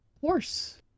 horse